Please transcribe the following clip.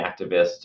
activists